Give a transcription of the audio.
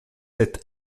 êtes